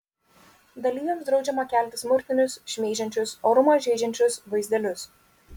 dalyviams draudžiama kelti smurtinius šmeižiančius orumą žeidžiančius vaizdelius